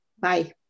Bye